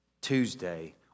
Tuesday